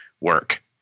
work